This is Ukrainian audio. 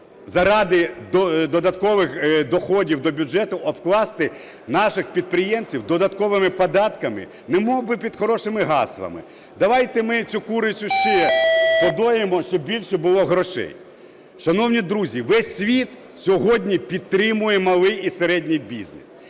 заради додаткових доходів до бюджету обкласти наших підприємців додатковими податками немовби під хорошими гаслами: давайте ми цю курицю ще подоїмо, щоб більше було грошей. Шановні друзі, весь світ сьогодні підтримує малий і середній бізнес,